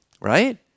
right